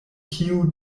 kiu